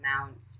amount